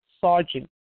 sergeant